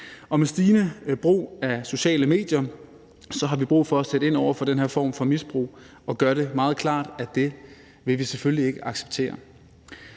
med stigende brug af sociale medier har vi brug for at sætte ind over for den her form for misbrug og gøre det meget klart, at det vil vi selvfølgelig ikke acceptere.